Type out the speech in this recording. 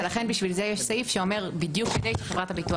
ולכן בשביל זה יש סעיף שאומר בדיוק כדי שחברת הביטוח